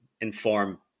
inform